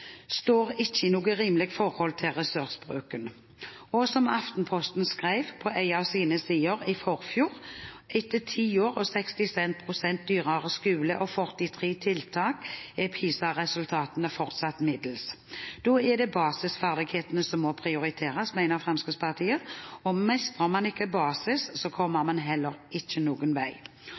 står ikke i noe rimelig forhold til ressursbruken. Som Aftenposten skrev på en av sine forsider i forfjor: «Etter ti år, 66 prosent dyrere skole og 43 tiltak er PISA-resultatene fortsatt middels.» Da er det basisferdighetene som må prioriteres, mener Fremskrittspartiet. Mestrer man ikke basisfagene, kommer man heller ikke noen vei.